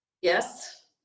Yes